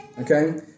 Okay